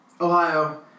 Ohio